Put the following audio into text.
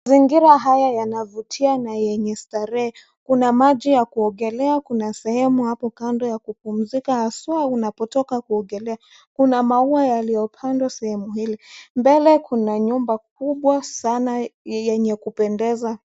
Mazingira haya yana vutia na yenye starehe. Kuna maji ya kuogelea, kuna sehemu hapo kando ya kupumzika haswa unapotoka kuogelea. Kuna maua yaliyo pandwa sehemu hili. Mbele kuna nyumba kubwa sana yenye kupendeza.